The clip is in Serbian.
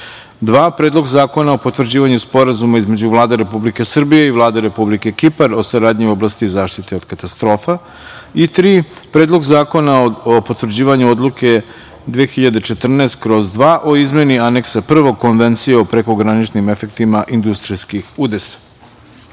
zakona o potvrđivanju Sporazuma između Vlade RepublikeSrbije i Vlade Republike Kipar o saradnji u oblasti zaštite od katastrofa, Predlog zakona o potvrđivanju Odluke 2014/2 o izmeni Aneksa IKonvencije o prekograničnim efektima industrijskih